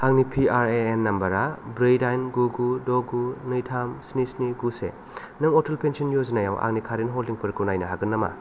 आंनि PRAN number आ ब्रै दाइन गु गु द' गु नै थाम स्नि स्नि गु से नों अटल पेन्सन य'जनायाव आंनि कारेन्ट हल्डिंफोरखौ नायनो हागोन नामा